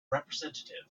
representative